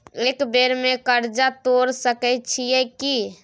एक बेर में कर्जा तोर सके छियै की?